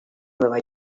nueva